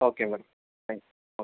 okay madam thank you okay